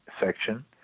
section